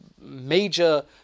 major